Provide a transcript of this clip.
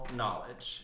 knowledge